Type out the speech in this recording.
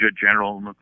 General